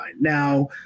Now